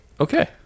Okay